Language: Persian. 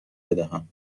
بدهم